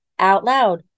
OUTLOUD